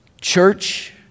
Church